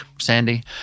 Sandy